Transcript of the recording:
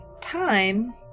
Time